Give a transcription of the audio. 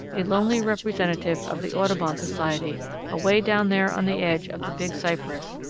a lonely representative of the audubon society away down there on the edge of the big cypress,